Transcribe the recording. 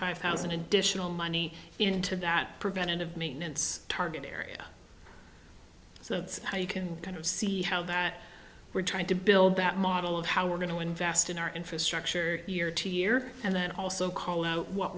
five thousand additional money into that preventative maintenance target area so that's how you can kind of see how that we're trying to build that model of how we're going to invest in our infrastructure year to year and then also call out what